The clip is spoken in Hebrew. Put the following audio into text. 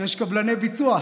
יש קבלני ביצוע.